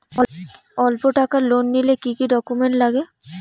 অল্প টাকার লোন নিলে কি কি ডকুমেন্ট লাগে?